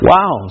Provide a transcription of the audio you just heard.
Wow